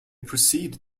proceed